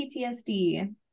PTSD